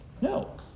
No